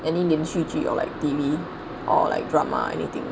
any 连续剧 or like T_V or like drama or anything